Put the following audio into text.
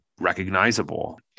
recognizable